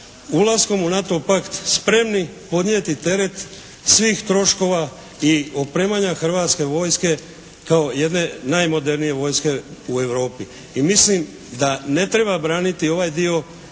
ulaskom u NATO pakt spremni podnijeti teret svih troškova i opremanja Hrvatske vojske kao jedne najmodernije vojske u Europi. I mislim da ne treba braniti ovaj dio